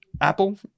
Apple